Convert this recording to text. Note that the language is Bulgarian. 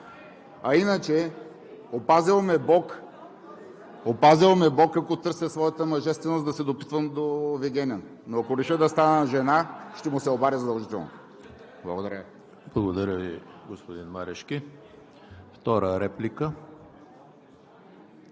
вярно!“) Опазил ме Бог, ако търся своята мъжественост, да се допитвам до Вигенин, но ако реша да стана жена, ще му се обадя задължително! Благодаря Ви.